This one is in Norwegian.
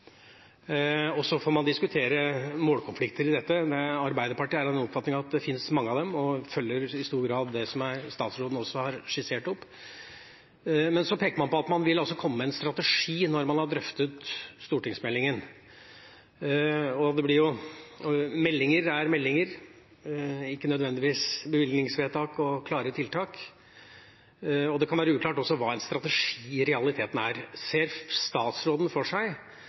og vi ikke når dem, og så får man diskutere målkonflikter i dette. Arbeiderpartiet er av den oppfatning at det finnes mange av dem, og følger i stor grad det som statsråden har skissert opp. Men så peker man på at man vil komme med en strategi når man har drøftet stortingsmeldinga. Meldinger er meldinger og ikke nødvendigvis bevilgningsvedtak og klare tiltak, og det kan også være uklart hva en strategi i realiteten er. Ser statsråden for seg